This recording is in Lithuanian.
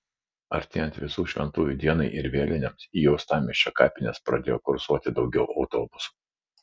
artėjant visų šventųjų dienai ir vėlinėms į uostamiesčio kapines pradėjo kursuoti daugiau autobusų